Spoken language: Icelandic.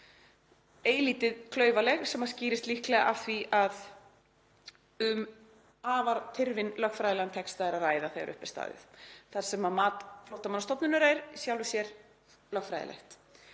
eilítið klaufaleg, sem skýrist líklega af því að um afar tyrfinn lögfræðilegan texta er að ræða þegar upp er staðið þar sem mat Flóttamannastofnunar er í sjálfu sér lögfræðilegt.